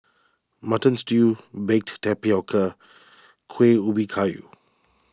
Mutton Stew Baked Tapioca Kueh Ubi Kayu